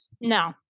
No